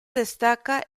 destaca